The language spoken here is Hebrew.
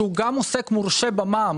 שהוא גם עוסק מורשה במע"מ,